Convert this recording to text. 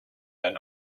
then